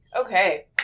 Okay